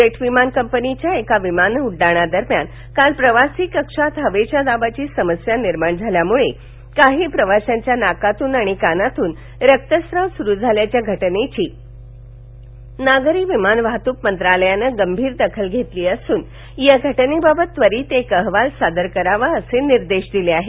jet विमान कंपनीच्या एका विमान उड्डाणा दरम्यान काल प्रवासी कक्षात हवेच्या दाबाची समस्या निर्माण झाल्यामुळे काही प्रवाशांच्या नाकातून आणि कानातून रक्तस्त्राव सुरु झाल्याच्या घटनेची नागरी विमान वाहतूक मंत्रालयानं गंभीर दखल घेतली असून या घटनेबाबत त्वरित एक अहवाल सादर करावा असे निर्देश दिले आहेत